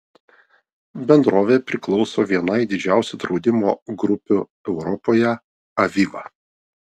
bendrovė priklauso vienai didžiausių draudimo grupių europoje aviva